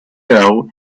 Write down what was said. girl